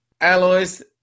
alloys